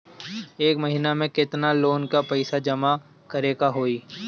एक महिना मे केतना लोन क पईसा जमा करे क होइ?